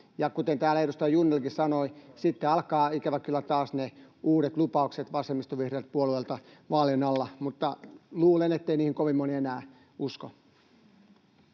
kuten täällä edustaja Junnilakin sanoi, sitten alkavat, ikävä kyllä, vaalien alla taas ne uudet lupaukset vasemmistovihreiltä puolueilta, mutta luulen, ettei niihin kovin moni enää usko.